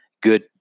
good